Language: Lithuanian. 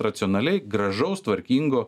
racionaliai gražaus tvarkingo